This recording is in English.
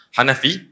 Hanafi